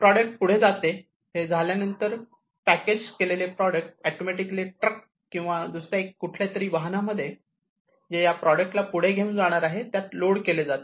product पुढे जाते हे झाल्यानंतर पॅकेज केलेले प्रॉडक्ट ऑटोमॅटिकली ट्रक्स मध्ये किंवा दुसऱ्या या कुठल्याही वाहनांमध्ये जे या प्रॉडक्ट ला पुढे घेऊन जाणार आहे त्यात लोड केले जाते